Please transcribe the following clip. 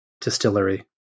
distillery